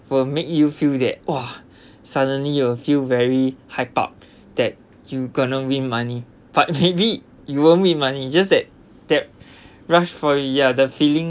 will make you feel that !wah! suddenly you feel very hyped up that you gonna win money but maybe you won't win money it just that that rushed for the ya the feeling